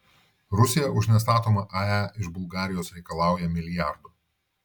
rusija už nestatomą ae iš bulgarijos reikalauja milijardo